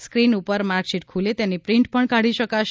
skin ઉપર marksheet ખુલે તેની પ્રિન્ટ પગ્ન કાઢી શકાશે